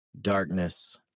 darkness